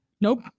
nope